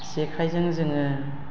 जेखाइजों जोङो